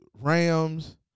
Rams